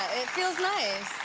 it feels nice.